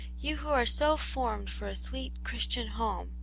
you who are so formed for a sweet christian home,